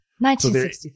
1963